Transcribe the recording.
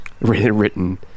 Written